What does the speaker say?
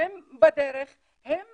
כשהם בדרך הם